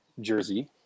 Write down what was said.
Jersey